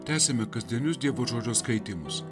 tęsiame kasdienius dievo žodžio skaitymus